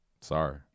sorry